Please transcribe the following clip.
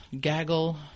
gaggle